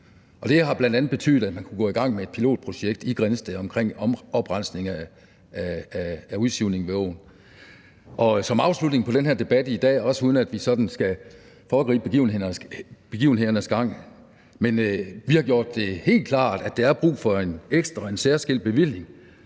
Det har bl.a. betydet, at man har kunnet gå i gang med et pilotprojekt i Grindsted omkring oprensning af udsivning ved åen. Som afslutning på den her debat i dag vil jeg sige, også uden at vi sådan skal foregribe begivenhedernes gang, at vi har gjort det helt klart, at der er brug for en ekstra og særskilt bevilling